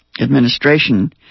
administration